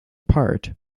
part